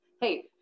hey